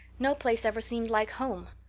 no place ever seemed like home.